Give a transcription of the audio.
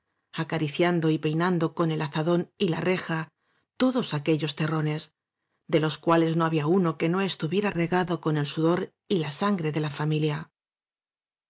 acariciando y peinando con el azadón y la reja todos aquellos terrones de los cuales no había uno que no estuviera re gado con el sudor y la sangre de la familia